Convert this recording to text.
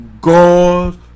God